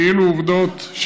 כאילו עובדות,